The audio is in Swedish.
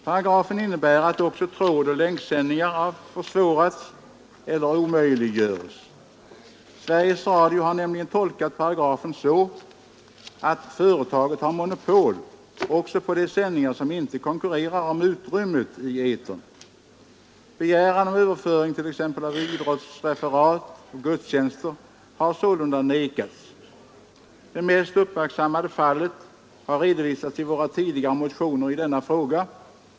Paragrafen innebär att också trådoch länksändningar har försvårats eller omöjliggöres. Sveriges Radio har nämligen tolkat paragrafen så, att företaget har monopol även på de sändningar som inte konkurrerar om utrymmet i etern. Begäran om överföring av t.ex. idrottsreferat och gudstjänster har sålunda avslagits. Det mest uppmärksammade fallet har redovisats i våra tidigare motioner i denna fråga.